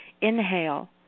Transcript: inhale